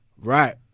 Right